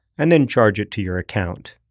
and then charge it to your account.